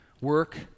Work